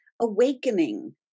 Awakening